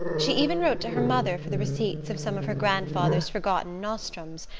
she even wrote to her mother for the receipts of some of her grandfather's forgotten nostrums,